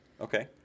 Okay